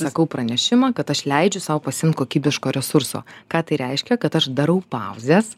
sakau pranešimą kad aš leidžiu sau pasiimt kokybiško resurso ką tai reiškia kad aš darau pauzes